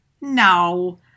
no